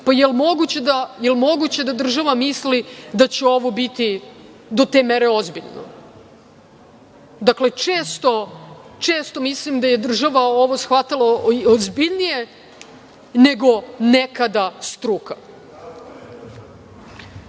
- jel moguće da država misli da će ovo biti do te mere ozbiljno? Često mislim da je država ovo shvatala ozbiljnije nego nekada struka. Kažete